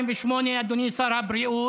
שבהיגיון, אדם או בן או בת זוג שנפטרו,